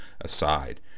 aside